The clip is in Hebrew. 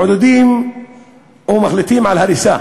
מעודדים ומחליטים על הריסה,